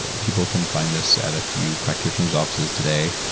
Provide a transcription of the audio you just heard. ah people can find this at a few practitioners offices today.